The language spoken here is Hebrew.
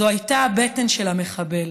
זאת הייתה הבטן של המחבל.